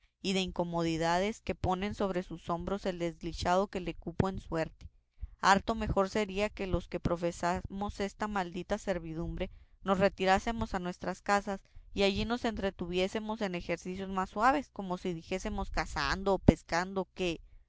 y de incomodidades que pone sobre sus hombros el desdichado que le cupo en suerte harto mejor sería que los que profesamos esta maldita servidumbre nos retirásemos a nuestras casas y allí nos entretuviésemos en ejercicios más suaves como si dijésemos cazando o pescando que